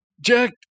jack